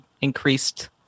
increased